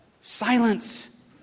Silence